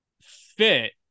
fit